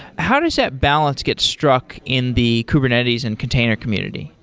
how does that balance get struck in the kubernetes and container community?